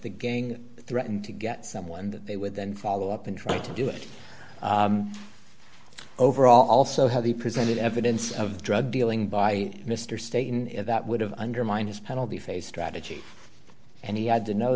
the gang threatened to get someone that they would then follow up and try to do it over also how they presented evidence of drug dealing by mr stay in that would have undermined his penalty phase strategy and he had to know